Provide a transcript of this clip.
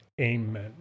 Amen